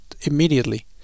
immediately